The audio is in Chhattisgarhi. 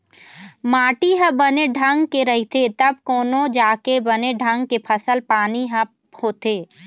माटी ह बने ढंग के रहिथे तब कोनो जाके बने ढंग के फसल पानी ह होथे